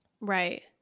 right